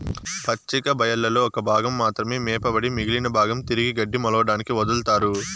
పచ్చిక బయళ్లలో ఒక భాగం మాత్రమే మేపబడి మిగిలిన భాగం తిరిగి గడ్డి మొలవడానికి వదులుతారు